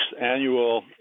annual